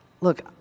look